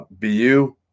BU